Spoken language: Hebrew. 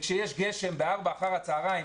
כשיש גשם ב-16:00 אחר הצוהריים,